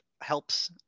helps